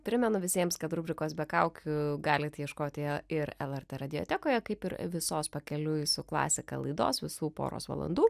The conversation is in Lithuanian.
primenu visiems kad rubrikos be kaukių galit ieškoti ir lrt radiotekoje kaip ir visos pakeliui su klasika laidos visų poros valandų